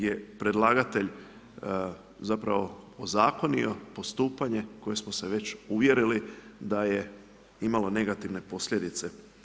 je predlagatelj zapravo ozakonio postupanje koje smo se već uvjerili da je imalo negativne posljedice.